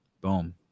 boom